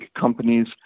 companies